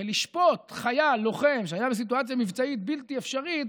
לשפוט חייל לוחם שהיה בסיטואציה מבצעית בלתי אפשרית,